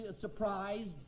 surprised